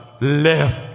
left